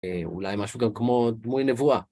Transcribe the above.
אולי משהו גם כמו דמוי נבואה.